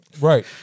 Right